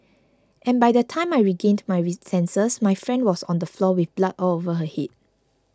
and by the time I regained my sensors my friend was on the floor with blood all over her head